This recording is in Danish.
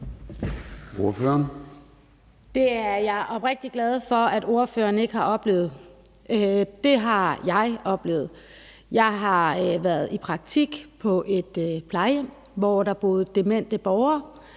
Det er jeg oprigtig glad for at fru Charlotte Broman Mølbæk ikke har oplevet. Det har jeg oplevet. Jeg har været i praktik på et plejehjem, hvor der boede demente borgere.